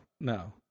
no